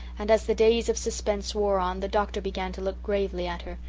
and as the days of suspense wore on the doctor began to look gravely at her,